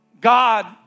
God